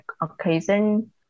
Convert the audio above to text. occasion